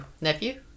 nephew